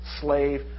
slave